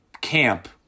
camp